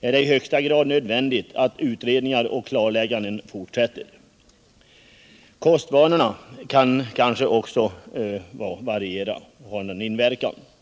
är det i högsta grad nödvändigt att utredningar och klarlägganden fortsätter. Kostvanorna kan kanske också ha en inverkan.